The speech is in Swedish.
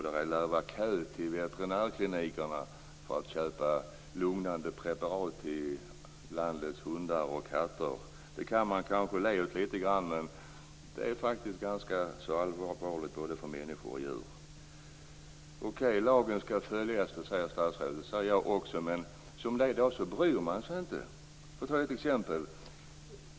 Det lär vara köer till veterinärkliniker för att köpa lugnande preparat till hundar och katter. Det kan man kanske le åt litet, men det är faktiskt ganska så allvarligt för både människor och djur. Lagen skall efterlevas, säger statsrådet. Det säger jag också, men som det är nu bryr man sig inte. Jag skall ta ett exempel.